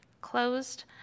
closed